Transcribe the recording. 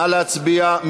נא להצביע.